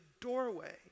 doorway